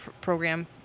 program